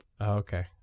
Okay